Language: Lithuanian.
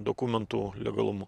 dokumentų legalumu